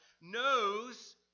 knows